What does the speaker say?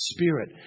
Spirit